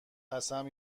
قسم